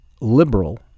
liberal